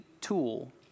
tool